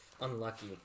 unlucky